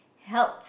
help